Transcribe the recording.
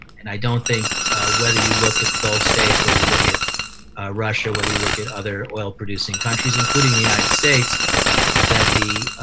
and i don't think whether you look at the gulf states, whether you look at russia, whether you look at other oil-producing countries, including the united states that the